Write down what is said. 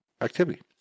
activity